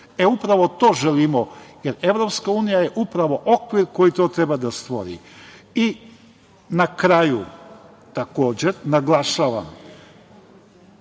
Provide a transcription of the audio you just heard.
Upravo to želimo, jer EU je upravo okvir koji to treba da stvori. Na kraju takođe naglašavam